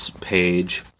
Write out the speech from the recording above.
page